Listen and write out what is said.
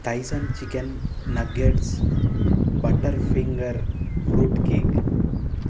tyson chicken nuggets butter finger fruit cake